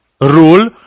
rule